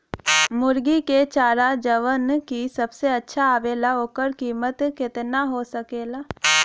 मुर्गी के चारा जवन की सबसे अच्छा आवेला ओकर कीमत केतना हो सकेला?